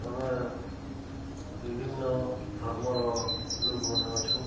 ଆମେ ବିଭିନ୍ନ ଧର୍ମର ଲୋକ୍ମାନେ ଅଛୁଁ